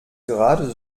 gerade